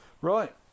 Right